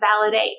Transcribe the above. validate